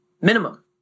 Minimum